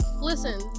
Listen